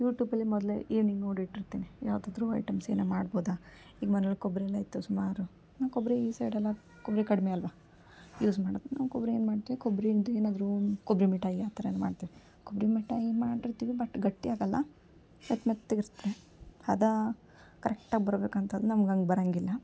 ಯೂಟೂಬಲ್ಲಿ ಮೊದ್ಲು ಏನಿನ್ ನೋಡಿ ಇಟ್ಟಿರ್ತೀನಿ ಯಾವುದಾದ್ರು ಐಟಮ್ಸ್ ಏನು ಮಾಡ್ಬೋದು ಈಗ ಮನೇಲಿ ಕೊಬ್ಬರಿ ಎಣ್ಣೆ ಇತ್ತು ಸುಮಾರು ನಾ ಕೊಬ್ಬರಿ ಈ ಸೈಡ್ ಎಲ್ಲ ಕೊಬ್ಬರಿ ಕಡಿಮೆ ಅಲ್ಲವಾ ಯೂಸ್ ಮಾಡೋದು ನಾವು ಕೊಬ್ಬರಿ ಏನು ಮಾಡ್ತೀವಿ ಕೊಬ್ರಿಯಿಂದ ಏನಾದರೂ ಕೊಬ್ಬರಿ ಮಿಠಾಯಿ ಆ ಥರ ಎಲ್ಲ ಮಾಡೀವಿ ಕೊಬ್ಬರಿ ಮಿಠಾಯಿ ಮಾಡಿರ್ತೀವಿ ಬಟ್ ಗಟ್ಟಿಯಾಗೋಲ್ಲ ಮೆತ್ತ ಮೆತ್ತಗೆ ಇರತ್ತೆ ಹದ ಕರೆಕ್ಟಾಗಿ ಬರ್ಬೇಕು ಅಂತಂದು ನಮ್ಗೆ ಹಂಗೆ ಬರಂಗಿಲ್ಲ